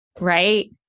Right